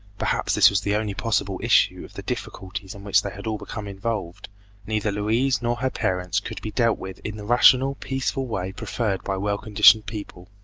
perhaps this was the only possible issue of the difficulties in which they had all become involved neither louise nor her parents could be dealt with in the rational, peaceful way preferred by well-conditioned people.